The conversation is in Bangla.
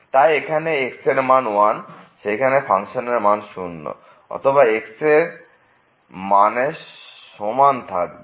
তাই যেখানে x এর মান 1 সেইখানে ফাংশানের মান 0 অথবা এর মান x এর সমান থাকবে